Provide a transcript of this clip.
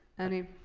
any?